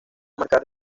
marcar